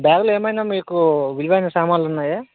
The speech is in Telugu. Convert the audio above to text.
బ్యాగ్లో ఏమైనా మీకు విలువైన సామాన్లు ఉన్నాయా